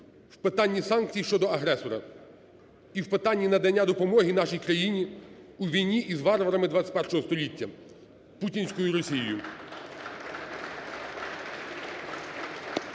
в питанні санкцій щодо агресора і в питанні надання допомоги нашій країні у війні із варварами ХХІ століття – путінською Росією.